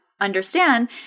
understand